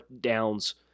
downs